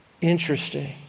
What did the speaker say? Interesting